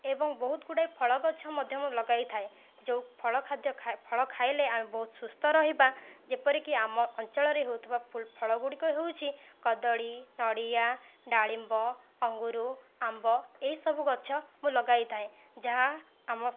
ଏବଂ ବହୁତ ଗୁଡ଼ାଏ ଫଳ ଗଛ ମଧ୍ୟ ମୁଁ ଲଗାଇ ଥାଏ ଯେଉଁ ଫଳ ଖାଦ୍ୟ ଖାଇ ଫଳ ଖାଇଲେ ଆମେ ବହୁତ ସୁସ୍ଥ ରହିବା ଯେପରିକି ଆମ ଅଞ୍ଚଳରେ ହେଉଥିବା ଫଳ ଗୁଡ଼ିକ ହେଉଛି କଦଳୀ ନଡ଼ିଆ ଡାଳିମ୍ବ ଅଙ୍ଗୁର ଆମ୍ବ ଏହିସବୁ ଗଛ ମୁଁ ଲଗାଇ ଥାଏ ଯାହା ଆମ